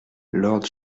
lord